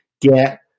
get